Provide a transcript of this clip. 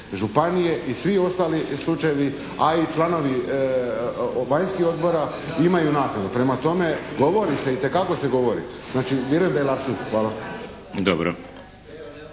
županije i svi ostali slučajevi, a i članovi vanjskih odbora imaju naknadu. Prema tome, govori se, itekako se govori. Znači vjerujem da je lapsuz. Hvala.